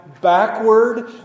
backward